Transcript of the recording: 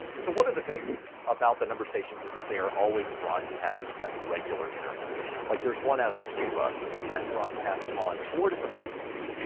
so one of the things about the number stations, is that they are always broadcast at regular intervals. like, there's one out of cuba that broadcasts on four different frequencies.